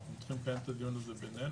אנחנו צריכים לנהל את הדיון הזה בינינו.